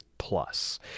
plus